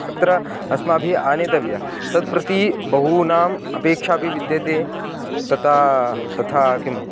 अत्र अस्माभिः आनेतव्या तत् प्रति बहूनाम् अपेक्षापि विद्यते तथा तथा किं